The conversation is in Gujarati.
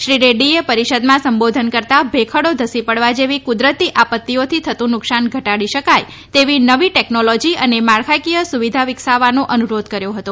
શ્રી રેડ્ડીએ પરિષદમાં સંબોધન કરતાં ભેખડો ધસી પડવા જેવી કુદરતી આપત્તિઓથી થતું નુકસાન ઘટાડી શકાય તેવી નવી ટેકનોલોજી અને માળખાકીય સુવિધા વિકસાવવાનો અનુરોધ કર્યો હતો